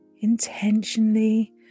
Intentionally